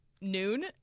noon